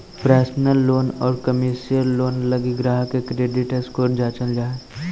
personal loan आउ commercial loan लगी ग्राहक के क्रेडिट स्कोर जांचल जा हइ